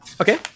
Okay